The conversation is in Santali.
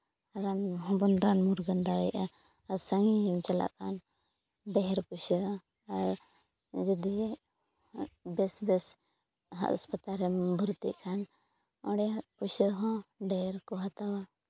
ᱨᱟᱱ ᱦᱚᱸ ᱵᱚᱱ ᱨᱟᱱ ᱢᱩᱨᱜᱟᱹᱱ ᱫᱟᱲᱮᱭᱟᱜᱼᱟ ᱟᱨ ᱥᱟᱹᱜᱤᱧᱮ ᱪᱟᱞᱟᱜ ᱠᱷᱟᱱ ᱫᱷᱮᱨ ᱯᱚᱭᱥᱟ ᱟᱨ ᱡᱩᱫᱤ ᱵᱮᱥ ᱵᱮᱥ ᱦᱟᱥᱯᱟᱛᱟᱞ ᱨᱮᱢ ᱵᱷᱚᱨᱛᱤᱜ ᱠᱷᱟᱱ ᱚᱸᱰᱮ ᱦᱚᱸ ᱯᱩᱭᱥᱟᱹ ᱦᱚᱸ ᱰᱷᱮᱨ ᱠᱚ ᱦᱟᱛᱟᱣᱟ